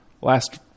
last